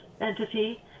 entity